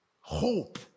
Hope